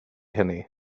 hynny